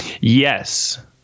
Yes